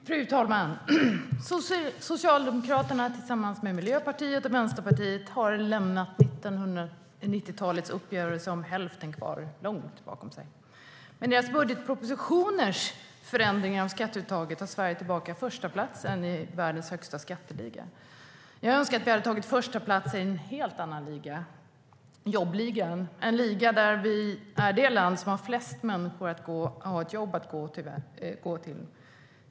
Fru talman! Socialdemokraterna tillsammans med Miljöpartiet och Vänsterpartiet har lämnat 1990-talets uppgörelse om hälften kvar långt bakom sig. Med deras budgetpropositioners förändringar av skatteuttaget tar Sverige tillbaka förstaplatsen i världens högsta skatteliga. Jag önskar att vi hade tagit förstaplatsen i en helt annan liga, jobbligan - en liga där vi är det land som har flest människor som har ett jobb att gå till.